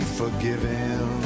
forgiven